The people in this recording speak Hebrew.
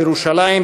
לירושלים,